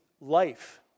life